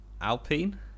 Alpine